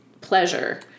pleasure